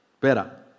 better